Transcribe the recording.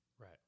Right